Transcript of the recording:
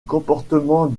comportement